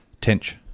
Tench